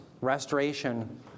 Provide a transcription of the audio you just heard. restoration